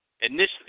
Initially